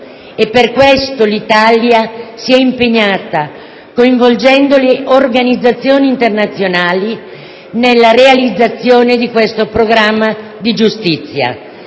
e per questo l'Italia si è impegnata, coinvolgendo le organizzazioni internazionali, nella realizzazione di questo programma di giustizia.